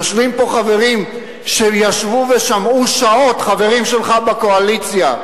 יושבים פה חברים ששמעו שעות, חברים שלך בקואליציה.